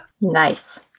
Nice